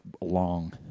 long